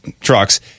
trucks